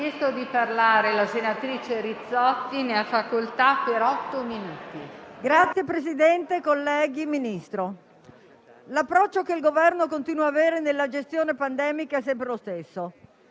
Signor Presidente, colleghi, Ministro, l'approccio che il Governo continua ad avere nella gestione pandemica è sempre lo stesso.